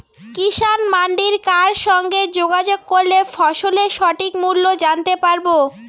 কিষান মান্ডির কার সঙ্গে যোগাযোগ করলে ফসলের সঠিক মূল্য জানতে পারবো?